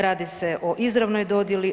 Radi se o izravnoj dodjeli.